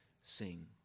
sing